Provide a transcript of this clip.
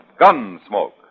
Gunsmoke